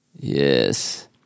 Yes